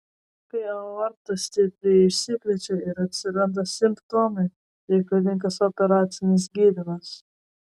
kai aorta stipriai išsiplečia ir atsiranda simptomai reikalingas operacinis gydymas